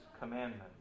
commandment